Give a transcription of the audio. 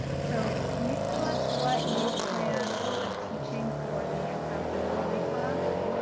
so can you tell us what you plan on teaching for the handcrafted holidays class?